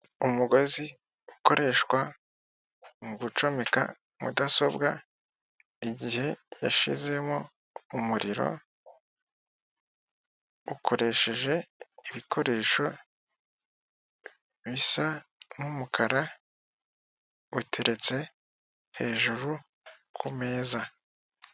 Umugozi ukoreshwa mugucomeka mudasobwa igihe yashizemo umuriro, ukoresheje ibikoresho bisa nk'umukara uteretse hejuru ku meza.